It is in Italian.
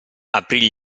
aprì